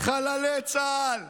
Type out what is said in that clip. חללי צה"ל,